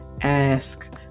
ask